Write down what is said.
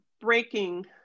breaking